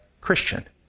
Christian